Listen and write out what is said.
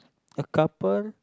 a couple